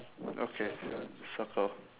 okay circle